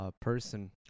Person